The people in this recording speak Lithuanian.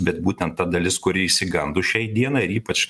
bet būtent ta dalis kuri išsigando šiai dienai ir ypač